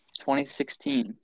2016